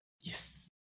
Yes